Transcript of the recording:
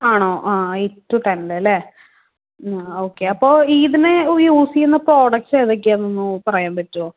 ആണോ ആ eight to ten അല്ലെ ആ ഓക്കെ അപ്പോൾ ഈ ഇതിന് യൂസ് ചെയ്യുന്ന പ്രോഡക്ട് ഏതെല്ലാം ഒന്ന് പറയ്യാൻ പറ്റുവോ